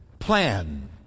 plan